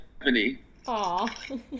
Aww